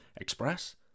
express